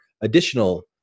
additional